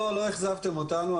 לא, לא אכזבתם אותנו.